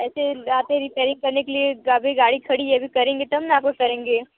ऐसे आते हैं रिपेरींग करने के लिए यहाँ पर गाड़ी खड़ी है करेंगे तब ना आपका करेंगे